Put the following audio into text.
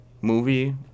movie